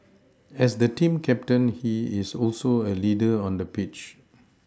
as the team captain he is also a leader on the pitch